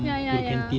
ya ya ya